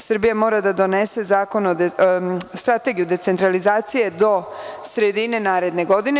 Srbija mora da donese strategiju decentralizacije do sredine naredne godine.